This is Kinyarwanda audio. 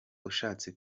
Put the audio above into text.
ushatse